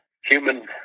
human